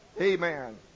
Amen